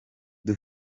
com